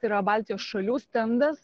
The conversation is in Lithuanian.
tai yra baltijos šalių stendas